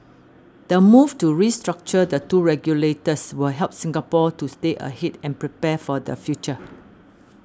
the move to restructure the two regulators will help Singapore to stay ahead and prepare for the future